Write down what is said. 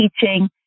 teaching